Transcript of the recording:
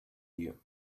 you